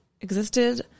existed